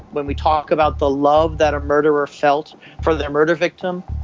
when we talk about the love that a murderer felt for their murder victim.